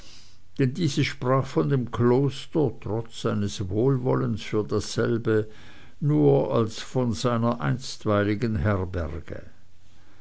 dieses sprach von dem kloster trotz seines wohlwollens für dasselbe nur als von seiner einstweiligen herberge